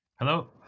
Hello